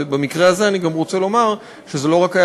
ובמקרה הזה אני גם רוצה לומר שזה לא רק היה